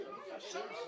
מעכשיו.